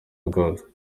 bwose